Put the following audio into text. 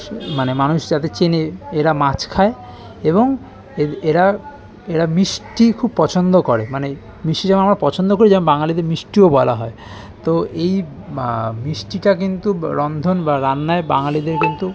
মানে মানুষ যাতে চেনে এরা মাছ খায় এবং এ এরা এরা মিষ্টি খুব পছন্দ করে মানে মিষ্টি যেমন আমরা পছন্দ করি যেমন বাঙালিদের মিষ্টিও বলা হয় তো এই মিষ্টিটা কিন্তু রন্ধন বা রান্নায় বাঙালিদের কিন্তু